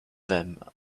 them